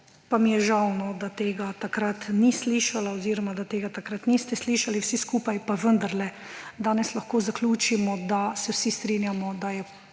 pa mi je žal, da tega takrat ni slišala oziroma da tega takrat niste slišali vsi skupaj. Pa vendarle, danes lahko zaključimo, da se vsi strinjamo, da je